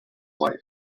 wife